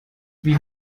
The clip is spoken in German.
wie